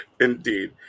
Indeed